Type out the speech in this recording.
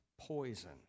poison